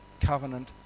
covenant